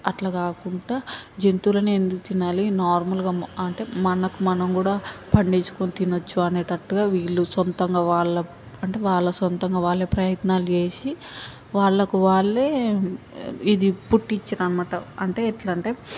అట్లా కాకుండా జంతువులనే ఎందుకు తినాలి నార్మల్గా మ అంటే మనకు మనం కూడా పండించుకుని తినచ్చు అనేటట్లుగా వీళ్ళు సొంతంగా వాళ్ళ అంటే వాళ్ళ సొంతంగా వాళ్ళే ప్రయత్నాలు చేసి వాళ్ళకు వాళ్ళే ఇది పుట్టించిర్రు అనమాట అంటే ఎంట్లంటే